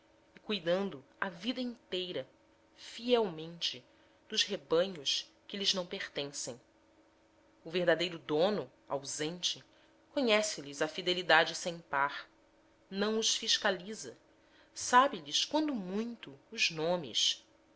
cuidando a vida inteira fielmente dos rebanhos que lhes não pertencem o verdadeiro dono ausente conhece lhes a fidelidade sem par não os fiscaliza sabe lhes quando muito os nomes